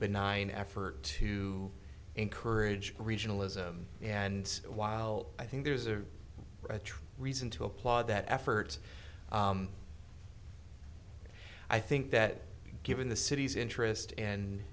benign effort to encourage regionalism and while i think there's a reason to applaud that effort i think that given the city's interest and